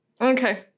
okay